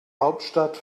hauptstadt